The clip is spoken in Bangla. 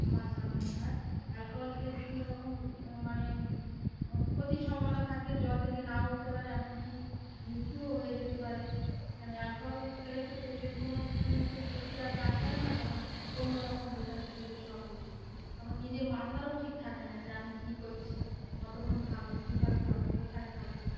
আমার যা মনে হয় অ্যালকোহল খেলে বিভিন্ন রকম মানে ক্ষতির সম্ভাবনা থাকে জল থেকে না উঠতে পারে এমন কি মৃত্যুও হয়ে যেতে পারে কেন অ্যালকোহল খেলে তো শরীরের কোনো ঠিকমতো শক্তি আর কাজ করে না তখন অন্য রকম হয়ে যায় শরীরের সব কিছু তখন নিজের মাথারও ঠিক থাকে না যে আমি কী করছি কতক্ষণ থাকব কীভাবে থাকব কোথায় থাকব